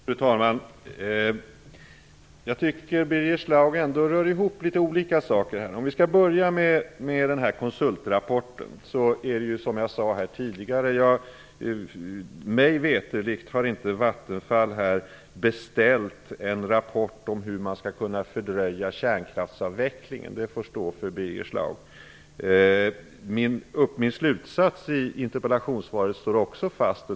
Fru talman! Jag tycker att Birger Schlaug rör ihop litet olika saker. Vi kan börja tala om konsultrapporten. Som jag sade tidigare har Vattenfall mig veterligt inte beställt en rapport om hur man skall kunna fördröja kärnkraftsavvecklingen. Det får stå för Birger Schlaug. Min slutsats i interpellationssvaret står också fast.